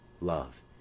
love